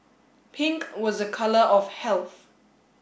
pink was a colour of health